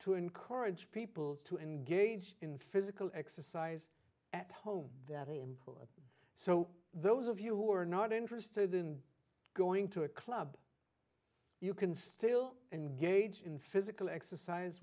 to encourage people to engage in physical exercise at home that are important so those of you who are not interested in going to a club you can still engage in physical exercise